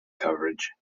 coverage